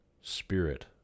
spirit